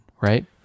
right